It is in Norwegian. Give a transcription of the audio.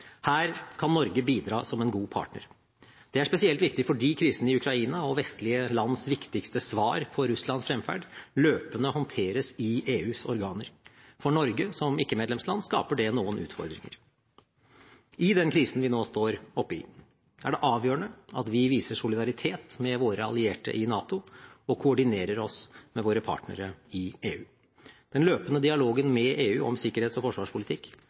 Her kan Norge bidra som en god partner. Det er spesielt viktig fordi krisen i Ukraina, og vestlige lands viktigste svar på Russlands fremferd, løpende håndteres i EUs organer. For Norge som ikke-medlemsland skaper det noen utfordringer. I den krisen vi nå står oppe i, er det avgjørende at vi viser solidaritet med våre allierte i NATO og koordinerer oss med våre partnere i EU. Den løpende dialogen med EU om sikkerhets- og forsvarspolitikk